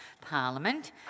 Parliament